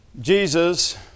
Jesus